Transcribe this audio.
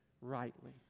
rightly